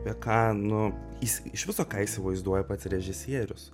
ir ką nu jis iš viso ką įsivaizduoja pats režisierius